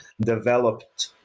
developed